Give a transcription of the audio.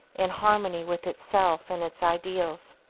in harmony with itself and its ideals.